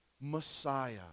Messiah